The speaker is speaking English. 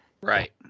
right